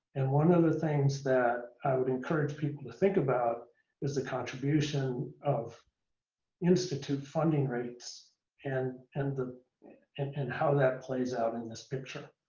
and one of the things that i would encourage people to think about is the contribution of institute funding rates and and and and how that plays out in this picture.